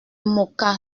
moka